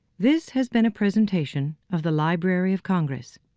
this has been a presentation of the library of congress.